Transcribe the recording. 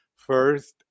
first